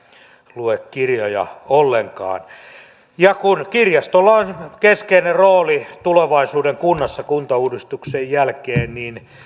lue kirjoja ollenkaan kun kirjastolla on keskeinen rooli tulevaisuuden kunnassa kuntauudistuksen jälkeen niin